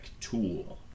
tool